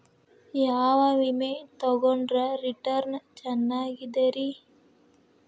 ಯಾವ ವಿಮೆ ತೊಗೊಂಡ್ರ ರಿಟರ್ನ್ ಚೆನ್ನಾಗಿದೆರಿ?